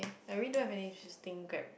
I really don't have any interesting Grab